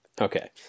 Okay